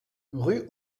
rue